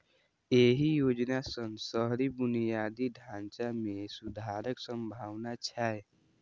एहि योजना सं शहरी बुनियादी ढांचा मे सुधारक संभावना छै